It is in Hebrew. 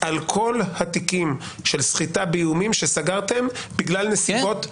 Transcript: כל התיקים של סחיטה באיומים שסגרתם בגלל נסיבות --- כן.